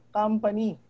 company